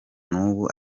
nubu